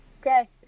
Okay